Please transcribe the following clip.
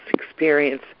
experience